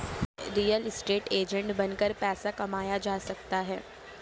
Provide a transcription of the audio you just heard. real estate agent बनकर पैसा कमाया जा सकता है